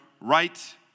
right